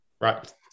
Right